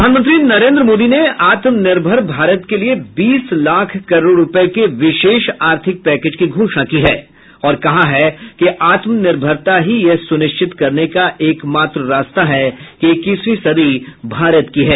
प्रधानमंत्री नरेन्द्र मोदी ने आत्म निर्भर भारत के लिए बीस लाख करोड़ रुपये के विशेष आर्थिक पैकेज की घोषणा की है और कहा है कि आत्म निर्भरता ही यह सुनिश्चित करने का एक मात्र रास्ता है कि इक्कीसवीं सदी भारत की है